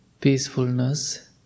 peacefulness